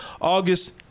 August